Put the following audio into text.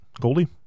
Goldie